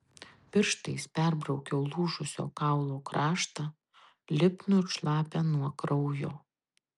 pirštais perbraukiau lūžusio kaulo kraštą lipnų ir šlapią nuo kraujo